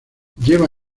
lleva